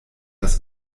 das